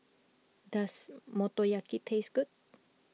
does Motoyaki taste good